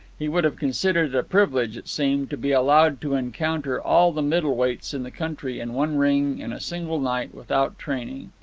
he would have considered it a privilege, it seemed, to be allowed to encounter all the middle-weights in the country in one ring in a single night without training.